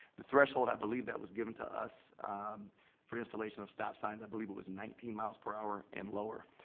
the threshold i believe that was given to us for installation of stop signs, i believe it was nineteen miles per hour and lower.